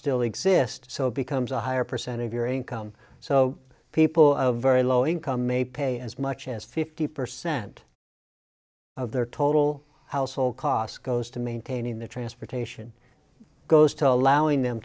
still exist so it becomes a higher percentage of your income so people of very low income may pay as much as fifty percent of their total household costs goes to maintaining the transportation goes to allowing them